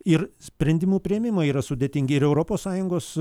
ir sprendimų priėmimai yra sudėtingi ir europos sąjungos